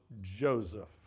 Joseph